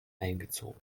eingezogen